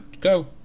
go